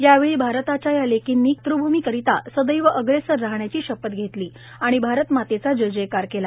यावेळी भारताच्या या लेकींनी मातभूमी करिता सदैव अप्रेसर राहण्याची शपथ घेतली आणि भारत मातेचा जयजयकार केला